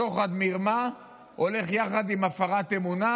שוחד ומרמה הולך יחד עם הפרת אמונה,